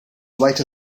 later